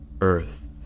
earth